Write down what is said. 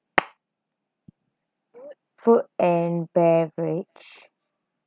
food and beverage